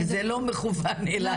זה לא מכוון אלייך.